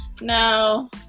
no